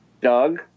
Doug